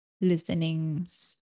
listenings